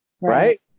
right